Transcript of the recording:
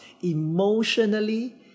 emotionally